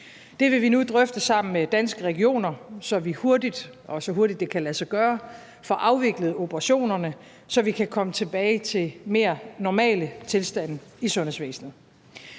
– og så hurtigt som det kan lade sig gøre – får afviklet operationerne, så vi kan komme tilbage til mere normale tilstande i sundhedsvæsenet.